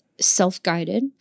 self-guided